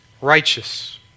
righteous